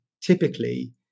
typically